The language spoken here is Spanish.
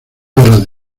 horas